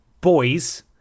boys